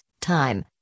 time